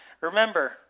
Remember